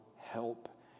help